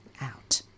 out